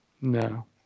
No